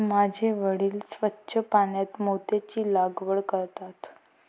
माझे वडील स्वच्छ पाण्यात मोत्यांची लागवड करतात